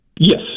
Yes